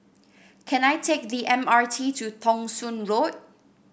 can I take the M R T to Thong Soon Road